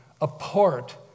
apart